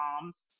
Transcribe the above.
moms